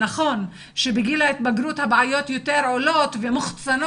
נכון שבגיל ההתבגרות הבעיות יותר מוחצנות,